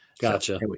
Gotcha